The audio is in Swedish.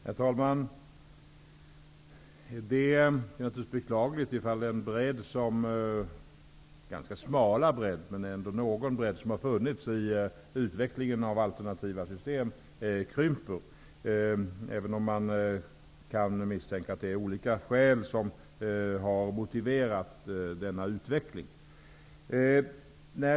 Herr talman! Det är naturligtvis beklagligt om den bredd -- som i och för sig är ganska smal -- som har funnits i utvecklingen av alternativa system krymper, även om man kan misstänka att det är olika skäl som har motiverat denna utveckling.